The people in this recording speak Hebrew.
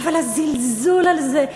אבל הזלזול הזה,